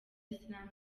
islam